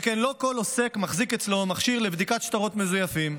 שכן לא כל עוסק מחזיק אצלו מכשיר לבדיקת שטרות מזויפים,